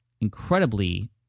incredibly